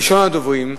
ראשון הדוברים,